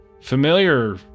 familiar